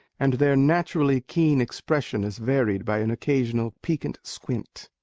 and their naturally keen expression is varied by an occasional piquant squint.